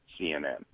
CNN